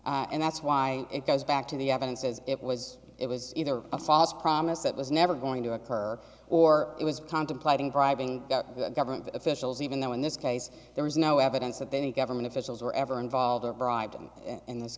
and that's why it goes back to the evidence as it was it was either a false promise that was never going to occur or it was contemplating bribing the government officials even though in this case there was no evidence of any government officials were ever involved